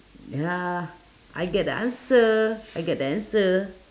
ya I get the answer I get the answer